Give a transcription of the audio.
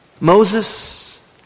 Moses